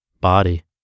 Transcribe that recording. Body